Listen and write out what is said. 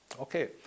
Okay